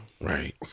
right